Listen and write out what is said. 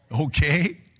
Okay